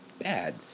bad